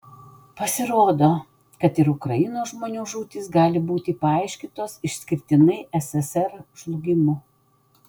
pasirodo kad ir ukrainos žmonių žūtys gali būti paaiškintos išskirtinai sssr žlugimu